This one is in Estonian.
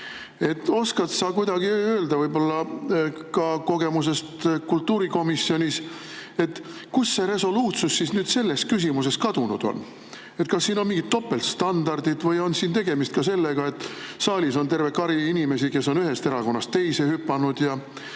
Oskad sa kuidagi öelda oma kogemusest kultuurikomisjonis, kuhu see resoluutsus nüüd selles küsimuses kadunud on? Kas siin on mingid topeltstandardid või on siin tegemist ka sellega, et saalis on terve kari inimesi, kes on ühest erakonnast teise hüpanud ja